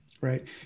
Right